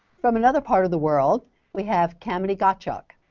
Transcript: from another part of the world we have kamini gadhok.